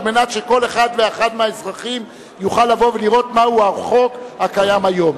על מנת שכל אחד ואחת מהאזרחים יוכל לבוא ולראות מהו החוק הקיים היום.